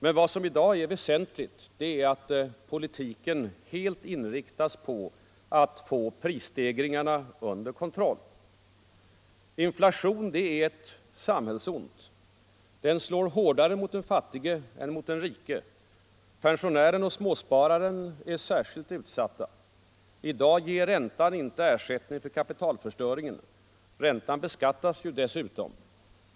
Men vad som är väsentligt, det är att politiken nu helt inriktas på att få prisstegringarna under kontroll. Inflation är ett samhällsont. Den slår hårdare mot den fattige än mot den rike. Pensionären och småspararen är särskilt utsatta. I dag ger räntan inte ersättning för kapitalförstöringen. Räntan beskattas dessutom.